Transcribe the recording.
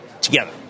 together